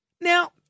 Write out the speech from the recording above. Now